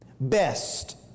best